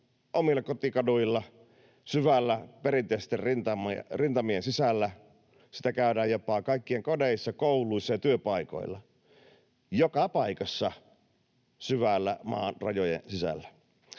omilla kotikaduilla, syvällä perinteisten rintamien sisällä, sitä käydään jopa kaikkien kodeissa, kouluissa ja työpaikoilla — joka paikassa, syvällä maan rajojen sisällä.